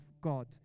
God